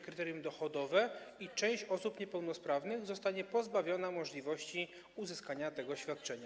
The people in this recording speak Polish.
kryterium dochodowe i część osób niepełnosprawnych zostanie pozbawiona możliwości uzyskania świadczenia?